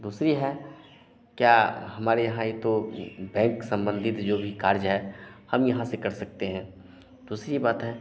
दूसरी है क्या हमारे यहाँ एक तो बैंक संबंधित जो भी कार्य है हम यहाँ से कर सकते हैं दूसरी बात है